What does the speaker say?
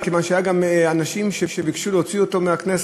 מכיוון שהיו גם אנשים שביקשו להוציא אותו מהכנסת,